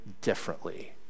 differently